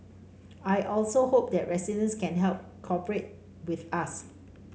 I also hope that residents can also help cooperate with us